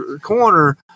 corner